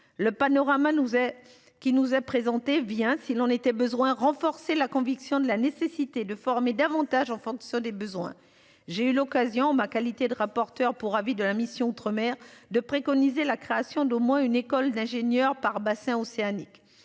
le panorama nous est qui nous est présenté, bien s'il en était besoin renforcé la conviction de la nécessité de former davantage en fonction des besoins. J'ai eu l'occasion ma qualité de rapporteur pour avis de la mission Outre-mer de préconiser la création d'au moins une école d'ingénieurs par bassin océanique